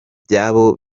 byabo